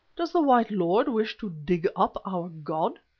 does the white lord wish to dig up our god?